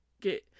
get